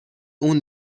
اون